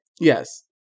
Yes